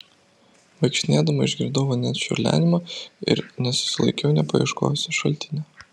vaikštinėdama išgirdau vandens čiurlenimą ir nesusilaikiau nepaieškojusi šaltinio